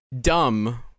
dumb